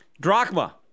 drachma